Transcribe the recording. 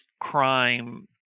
crime